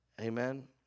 Amen